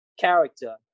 character